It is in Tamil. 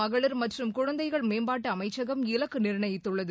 மகளிர் மற்றும் குழந்தைகள் மேம்பாட்டு அமைச்சகம் இலக்கு நிர்ணயித்துள்ளது